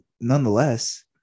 nonetheless